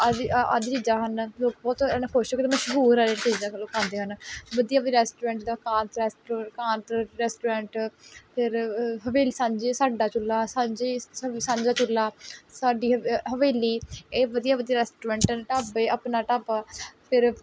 ਆਦਿ ਆਦਿ ਚੀਜ਼ਾਂ ਹਨ ਲੋਕ ਬਹੁਤ ਐਨ ਖੁਸ਼ ਹੋ ਕੇ ਅਤੇ ਮਸ਼ਹੂਰ ਵਾਲੇ ਕੋਲੋਂ ਖਾਂਦੇ ਹਨ ਵਧੀਆ ਵੀ ਰੈਸਟੋਰੈਂਟ ਜਿੱਦਾਂ ਕਾਂਤ ਰੈਸਟੋ ਕਾਂਤ ਰੈਸਟੋਰੈਂਟ ਫਿਰ ਹਵੇਲੀ ਸਾਂਝੀ ਸਾਡਾ ਚੁੱਲ੍ਹਾ ਸਾਂਝੀ ਸਾਂਝ ਸਾਂਝਾ ਚੁੱਲ੍ਹਾ ਸਾਡੀ ਹਵੇ ਹਵੇਲੀ ਇਹ ਵਧੀਆ ਵਧੀਆ ਰੈਸਟੋਰੈਂਟ ਹਨ ਢਾਬੇ ਆਪਣਾ ਢਾਬਾ ਫਿਰ